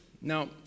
Now